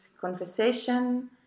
conversation